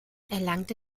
erlangte